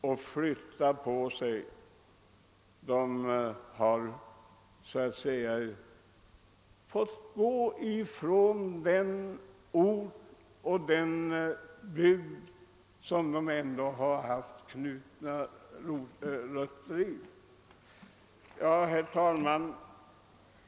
Människorna har fått lämna den bygd där de ändå haft djupa rötter.